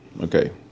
Okay